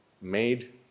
made